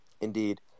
Indeed